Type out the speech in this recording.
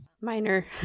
Minor